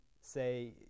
say